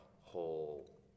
whole